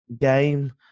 game